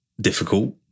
Difficult